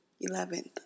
Eleventh